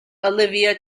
olivia